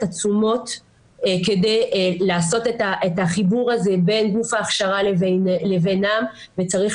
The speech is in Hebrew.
התשומות כדי לעשות את החיבור הזה בין גוף ההכשרה לבינם וצריך